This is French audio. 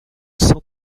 cent